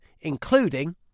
including